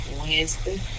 Wednesday